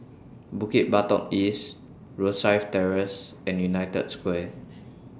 Bukit Batok East Rosyth Terrace and United Square